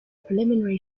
preliminary